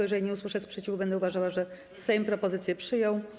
Jeżeli nie usłyszę sprzeciwu, będę uważała, że Sejm propozycję przyjął.